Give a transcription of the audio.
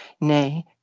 Nay